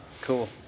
cool